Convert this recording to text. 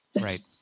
Right